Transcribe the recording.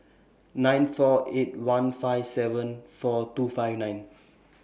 nine four eight one five seven four two five nine